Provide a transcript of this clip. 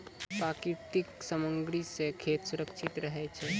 प्राकृतिक सामग्री सें खेत सुरक्षित रहै छै